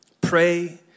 Pray